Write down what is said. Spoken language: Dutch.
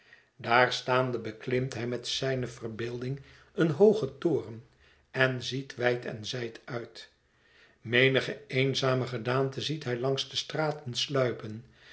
daar staande beklimt hij met zijne verbeelding een hoogen toren en ziet wijd en zijd uit menige eenzame gedaante ziet hij langs de straten sluipen